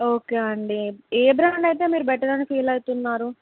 okay అండి ఏ brand అయితే మీరు బెటర్ అని ఫీల్ అవుతున్నారు